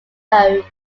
end